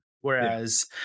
whereas